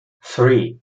three